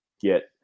get